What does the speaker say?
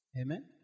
Amen